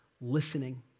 listening